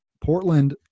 Portland